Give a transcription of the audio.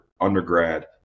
undergrad